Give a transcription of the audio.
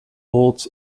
holds